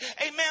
amen